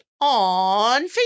on